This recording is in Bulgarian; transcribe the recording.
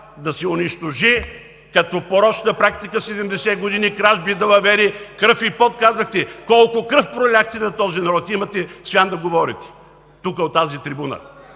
да се унищожи като порочна практика – 70 години кражби и далавери! Кръв и пот, казахте. Колко кръв проляхте на този народ и имате свян да говорите тук, от тази трибуна!